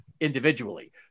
individually